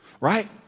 Right